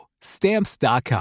stamps.com